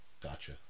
Gotcha